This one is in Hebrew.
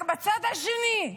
רק בצד השני.